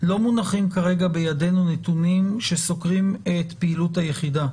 לא מונחים כרגע בידינו נתונים שסוקרים את פעילות היחידה.